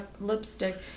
lipstick